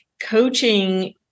coaching